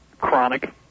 chronic